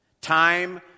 Time